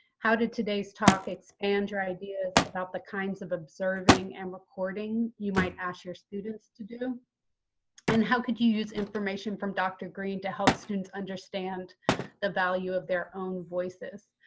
how did today's today's talk expand your ideas about the kinds of observing and recording you might ask your students to do and how could you use information from dr. green to help students understand the value of their own voices?